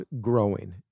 growing